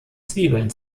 zwiebeln